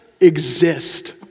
exist